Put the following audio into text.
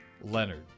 Leonard